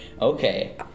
Okay